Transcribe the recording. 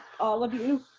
all of you,